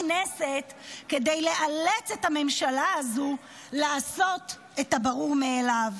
כנסת כדי לאלץ את הממשלה הזו לעשות את הברור מאליו?